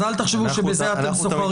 אז אל תחשבו שבזה אתם סוחרים איתנו.